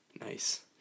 Nice